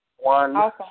One